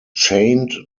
chained